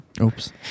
Oops